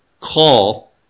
call